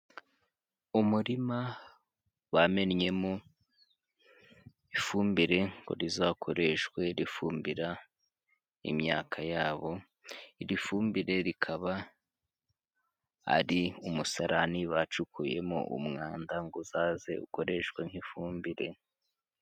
Umurima bamennyemo ifumbire ngo rizakoreshwe rifumbira imyaka yabo, iri fumbire rikaba ari umusarani bacukuyemo umwanda ngo uzaze ukoreshwe nk' ifumbire.